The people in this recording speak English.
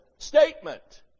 Statement